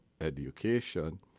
education